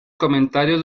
comentarios